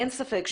אין ספק,